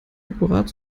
akkurat